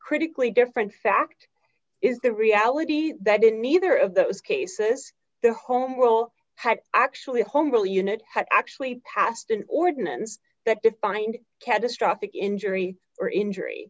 critically different fact is the reality that in neither of those cases the home will actually homegirl unit had actually passed an ordinance that defined catastrophic injury or injury